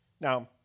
Now